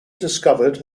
discovered